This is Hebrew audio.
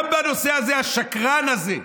גם בנושא הזה השקרן הזה,